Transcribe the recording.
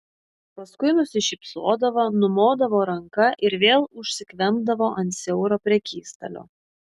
paskui nusišypsodavo numodavo ranka ir vėl užsikvempdavo ant siauro prekystalio